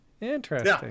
Interesting